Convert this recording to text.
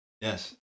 yes